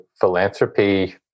philanthropy